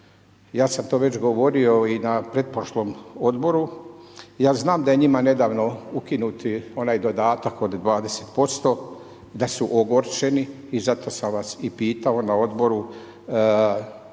ja sam to već govorio i na pretprošlom odboru, ja znam da njima nedavno ukinuti onaj dodatak od 20%, da su ogorčeni i zato sam vas i pitao na odboru